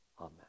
Amen